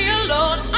alone